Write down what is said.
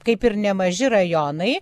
kaip ir nemaži rajonai